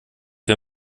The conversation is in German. wir